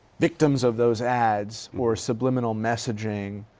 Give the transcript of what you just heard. victims of those ads or subliminal messaging.